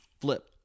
flip